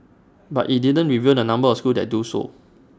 but IT did't reveal the number of schools that do so